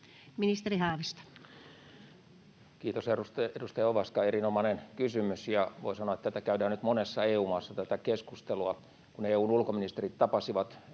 Content: Kiitos, edustaja Ovaska, erinomainen kysymys. Voin sanoa, että tätä keskustelua käydään nyt monessa EU-maassa. Kun EU:n ulkoministerit tapasivat